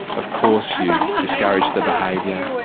of course you discourage the behaviour,